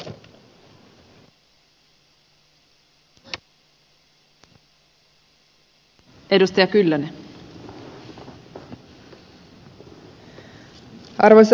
arvoisa rouva puhemies